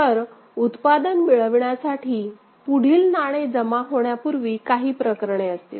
तर उत्पादन मिळविण्यासाठी पुढील नाणे जमा होण्यापूर्वी काही प्रकरणे असतील